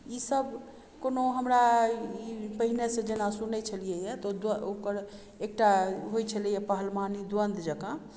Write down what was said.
ईसब कोनो हमरा ई पहिनेसँ जेना सुनय छलियै यऽ तऽ ओकर एकटा होइ छलैए पहलवानी द्वन्द जकाँ